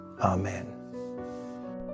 Amen